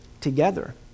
together